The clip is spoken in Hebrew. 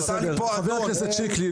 חבר הכנסת שיקלי,